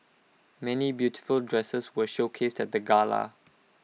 many beautiful dresses were showcased at the gala